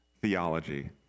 theology